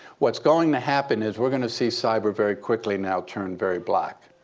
what's going to happen is we're going to see cyber very quickly now turn very black.